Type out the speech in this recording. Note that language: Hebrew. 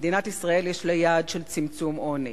למדינת ישראל יש יעד של צמצום עוני,